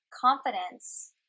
confidence